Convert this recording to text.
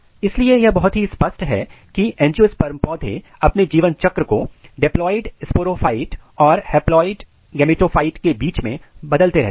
इसलिए यह बहुत ही स्पष्ट है की एंजियोस्पर्म पौधे अपने जीवन चक्र को डिप्लॉयड स्पोरोफाइट और हैप्लॉयड गैमेटोफाइट के बीच में बदलते रहते हैं